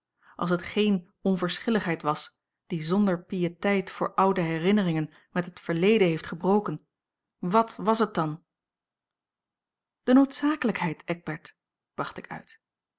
als het geen onverschilligheid was die zonder piëteit voor oude herinneringen met het verleden heeft gebroken wàt was het dan de noodzakelijkheid eckbert bracht ik uit